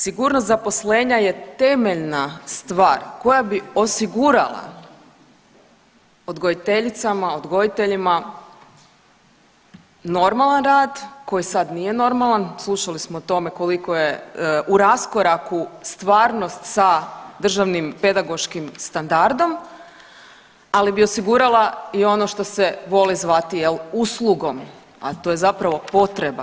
Sigurnost zaposlenja je temeljna stvar koja bi osigurala odgojiteljicama, odgojiteljima normalan rad koji sad nije normalan, slušali smo o tome koliko je u raskoraku stvarnost sa državnim pedagoškim standardom, ali bi osigurala i ono što se voli zvati jel uslugom, a to je zapravo potreba.